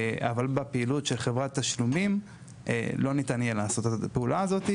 אבל בפעילות של חברת תשלומים לא ניתן יהיה לעשות את הפעולה הזאת,